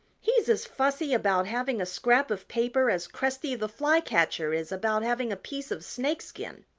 he's as fussy about having a scrap of paper as cresty the flycatcher is about having a piece of snakeskin.